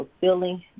fulfilling